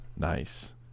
Nice